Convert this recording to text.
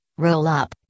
Rollup